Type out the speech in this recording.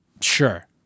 sure